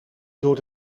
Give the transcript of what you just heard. door